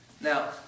Now